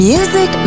Music